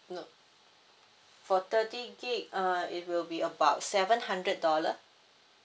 no for thirty gigabyte uh it will be about seven hundred dollar